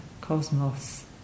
cosmos